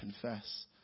confess